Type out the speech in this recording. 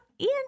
Ian